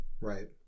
Right